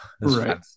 right